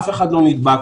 אף אחד לא נדבק,